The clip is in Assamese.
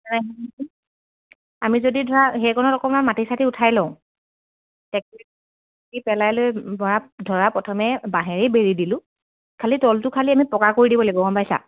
আমি যদি ধৰা সেইকনত অকণমান মাটি চাটি উঠাই লওঁ পেলাই লৈ ধৰা প্ৰথমে বাঁহেৰেই বেৰি দিলোঁ খালি তলটো খালি আমি পকা কৰি দিব লাগিব গম পাইছা